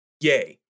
Yay